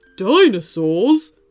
dinosaurs